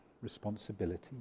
responsibility